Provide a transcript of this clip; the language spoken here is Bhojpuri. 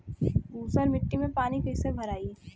ऊसर मिट्टी में पानी कईसे भराई?